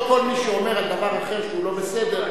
לא כל מי שאומר על דבר אחר שהוא לא בסדר,